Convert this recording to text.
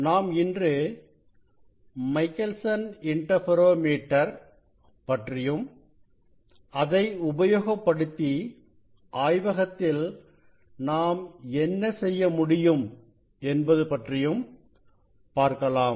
நாம் இன்று Michelson interferometer பற்றியும் அதை உபயோகப்படுத்தி ஆய்வகத்தில் நாம் என்ன செய்ய முடியும் என்பது பற்றியும் பார்க்கலாம்